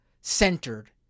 centered